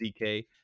DK